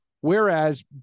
Whereas